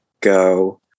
go